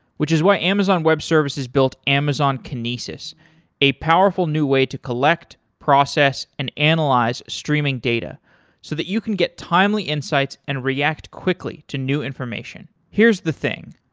which is why amazon web services built amazon kinesis a powerful new way to collect, process and analyze streaming data so that you can get timely insights and react quickly to new information. here's the thing,